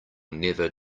never